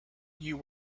you